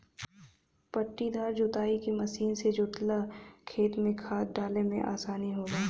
पट्टीदार जोताई के मशीन से जोतल खेत में खाद डाले में आसानी होला